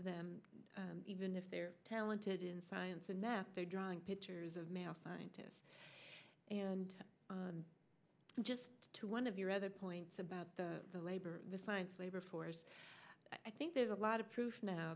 them even if they're talented in science and math they're drawing pictures of male scientists and just to one of your other points about the labor the science labor force i think there's a lot of proof now